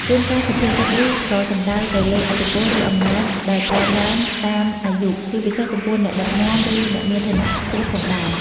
ជួនកាលសុភាសិតនេះក៏សំដៅទៅលើឥទ្ធិពល ឬអំណាចដែលកើនឡើងតាមអាយុ ជាពិសេសចំពោះអ្នកដឹកនាំ ឬអ្នកមានឋានៈខ្ពស់ផងដែរ។